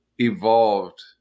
evolved